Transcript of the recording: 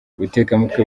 ubutekamutwe